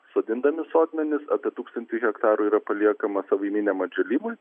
sodindami sodmenis apie tūkstantį hektarų yra paliekama savaiminiam atžėlimui